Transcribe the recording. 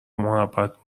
محبت